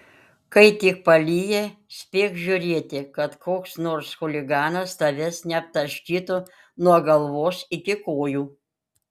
kai tik palyja spėk žiūrėti kad koks nors chuliganas tavęs neaptaškytų nuo galvos iki kojų